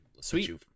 Sweet